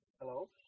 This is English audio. Hello